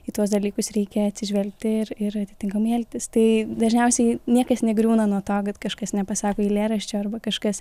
į tuos dalykus reikia atsižvelgti ir ir atitinkamai elgtis tai dažniausiai niekas negriūna nuo to kad kažkas nepasako eilėraščio arba kažkas